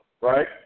right